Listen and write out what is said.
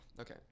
Okay